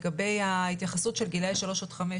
לגבי ההתייחסות לגילאי שלוש עד חמש,